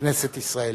כנסת ישראל.